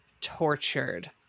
tortured